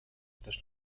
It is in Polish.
też